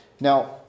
now